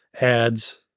ads